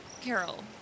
Carol